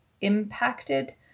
impacted